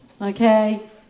Okay